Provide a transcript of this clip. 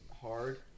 hard